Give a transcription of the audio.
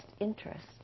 interest